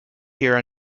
here